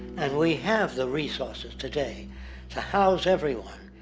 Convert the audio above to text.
and we have the resources today to house everyone,